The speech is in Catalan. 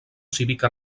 cívica